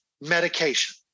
medication